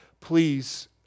Please